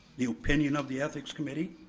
the opinion of the ethics committee,